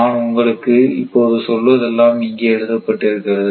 நான் உங்களுக்கு இப்போது சொல்வதெல்லாம் இங்கே எழுதப்பட்டிருக்கிறது